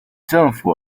政府